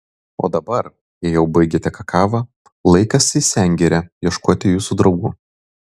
o dabar jei jau baigėte kakavą laikas į sengirę ieškoti jūsų draugų